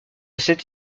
cette